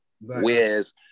Whereas